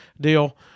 deal